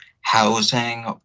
housing